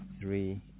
Three